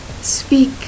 speak